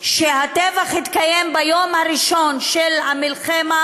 שהטבח התקיים ביום הראשון של המלחמה